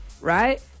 right